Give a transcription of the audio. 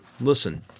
Listen